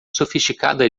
sofisticada